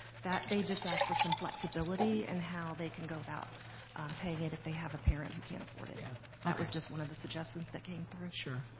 that they just asked for some flexibility and how they can go about paying it if they have a parent who can't afford it. yeah that was just one of the suggestions that came through. sure,